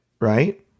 right